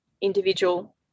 individual